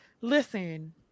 Listen